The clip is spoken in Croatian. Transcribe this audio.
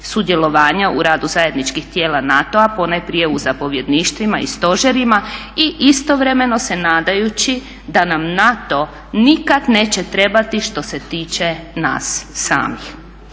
sudjelovanja u radu zajedničkih tijela NATO-a, ponajprije u zapovjedništvima i stožerima i istovremeno se nadajući da nam NATO nikad neće trebati što se tiče nas samih.